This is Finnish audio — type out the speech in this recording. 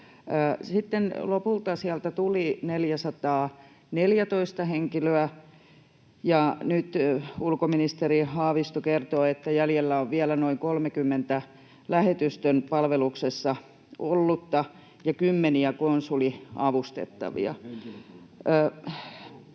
lopulta sieltä tuli 414 henkilöä, ja nyt ulkoministeri Haavisto kertoo, että jäljellä on vielä noin 30 lähetystön palveluksessa ollutta ja kymmeniä konsuliavustettavia.